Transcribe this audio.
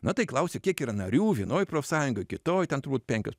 na tai klausiu kiek yra narių vienoj profsąjungoj kitoj ten turbūt penkios